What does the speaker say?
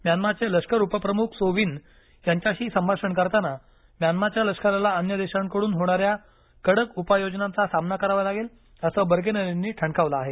म्यानमारचे लष्कर उपप्रमुख सो विन यांच्याशी संभाषण करताना म्यानमाच्या लष्कराला अन्य देशांकडून होणाऱ्या कडक उपाययोजनांचा सामना करावा लागेल असं बर्गेनर यांनी ठणकावलं आहे